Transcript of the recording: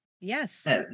Yes